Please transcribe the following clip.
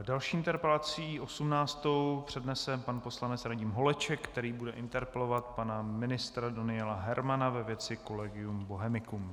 Další interpelaci, osmnáctou, přednese pan poslanec Radim Holeček, který bude interpelovat pana ministra Daniela Hermana ve věci Collegium Bohemicum.